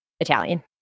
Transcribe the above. Italian